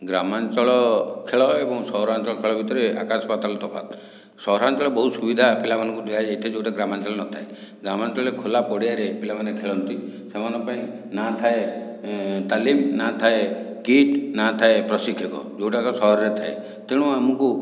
ଗ୍ରାମାଞ୍ଚଳ ଖେଳ ଏବଂ ସହରାଞ୍ଚଳ ଖେଳ ଭିତରେ ଆକାଶ ପାତାଳ ତଫାତ ସହରାଞ୍ଚଳରେ ବହୁତ ସୁବିଧା ପିଲାମାନଙ୍କୁ ଦିଆଯାଇଥାଏ ଯେଉଁଟା ଗ୍ରାମାଞ୍ଚଳରେ ନ ଥାଏ ଗ୍ରାମାଞ୍ଚଳରେ ଖୋଲା ପଡ଼ିଆରେ ପିଲାମାନେ ଖେଳନ୍ତି ସେମାନଙ୍କ ପାଇଁ ନା ଥାଏ ତାଲିମ ନା ଥାଏ କିଟ୍ ନା ଥାଏ ପ୍ରଶିକ୍ଷକ ଯେଉଁଟା ଏକା ସହରରେ ଥାଏ ତେଣୁ ଆମକୁ